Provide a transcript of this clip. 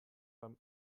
beim